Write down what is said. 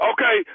Okay